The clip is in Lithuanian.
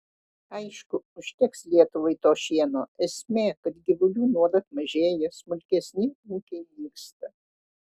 aišku užteks lietuvai to šieno esmė kad gyvulių nuolat mažėja smulkesni ūkiai nyksta